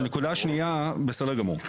הנקודה השנייה, בסדר גמור.